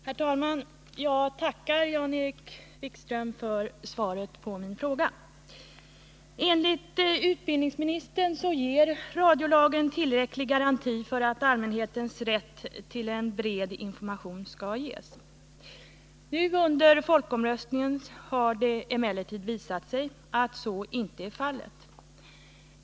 Herr talman! Jag tackar Jan-Erik Wikström för svaret på min fråga. Enligt utbildningsministern ger radiolagen tillräcklig garanti för att allmänhetens rätt till en bred information skall tillgodoses. Nu inför folkomröstningen om kärnkraft har det emellertid visat sig att så inte är fallet.